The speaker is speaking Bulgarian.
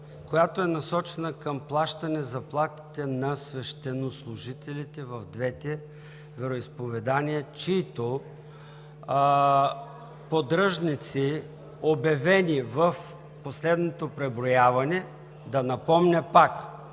която е насочена към плащане на заплатите на свещенослужителите в двете вероизповедания, чиито поддръжници, обявени в последното преброяване – да напомня пак: